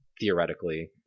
theoretically